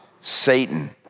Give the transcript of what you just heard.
Satan